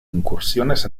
incursiones